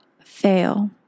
fail